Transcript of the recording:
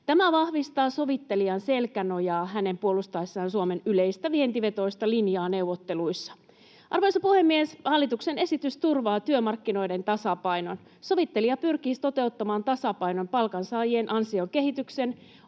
Tämä vahvistaa sovittelijan selkänojaa hänen puolustaessaan Suomen yleistä vientivetoista linjaa neuvotteluissa. Arvoisa puhemies! Hallituksen esitys turvaa työmarkkinoiden tasapainon. Sovittelija pyrkii toteuttamaan tasapainon palkansaajien ansiokehityksen,